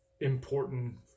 important